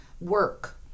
work